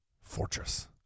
fortress